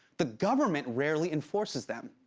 the government rarely enforces them.